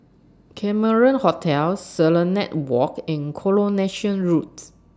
Cameron Hotel Serenade Walk and Coronation Roads